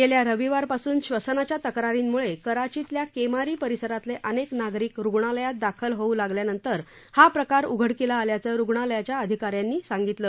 गेल्या रविवारपासून श्वसनाच्या तक्रारींमुळे कराचीतल्या केमारी परिसरातले अनेक नागिरक रुग्णालयात दाखल होऊ लागल्यानंतर हा प्रकार उघडकीला आल्याचं रुग्णालयाच्या अधिकाऱ्यांनी सांगितलं